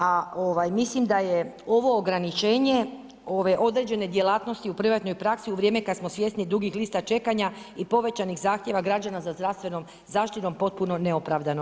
A mislim da je ovo ograničenje ove određene djelatnosti u privatnoj praksi u vrijeme kad smo svjesni dugih lista čekanja i povećanih zahtjeva građana za zdravstvenom zaštitom potpuno neopravdano.